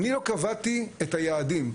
אני לא קבעתי את היעדים.